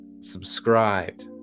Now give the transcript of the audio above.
subscribed